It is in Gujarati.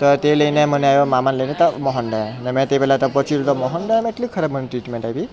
તો તે લઈને મને આવ્યો મામાને લઈને ત્યાં મોહનને મે તે પેલા તો પહોંચી મોહનલાલે એટલી ખરાબ મને ટ્રીટમેન્ટ આપી